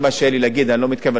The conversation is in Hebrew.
אני לא מתכוון לחזור על זה עוד הפעם.